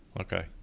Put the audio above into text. okay